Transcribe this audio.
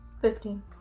Fifteen